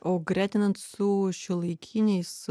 o gretinant su šiuolaikiniais